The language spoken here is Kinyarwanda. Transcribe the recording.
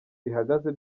bihagaze